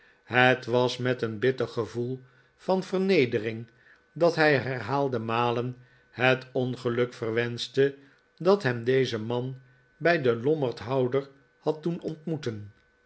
het was met een bitter gevoel van vernedering dat hij herhaalde malen het ongeluk verwenschte d ai hem dezen man bij den lommerdhouder had doen ontmoeten